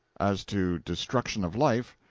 as to destruction of life,